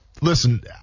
listen